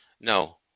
No